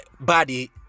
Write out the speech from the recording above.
body